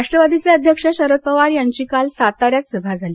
राष्ट्रवादीचे अध्यक्ष शरद पवार यांची काल साताऱ्यात सभा झाली